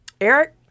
Eric